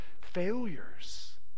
failures